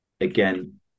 again